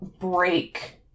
break